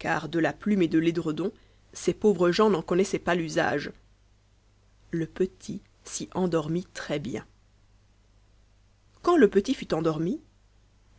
car de la plume et de l'édredon ces pauvres gens m'en connaissaient pas l'usage le petit s'y endormit très bien quand le petit fut endormi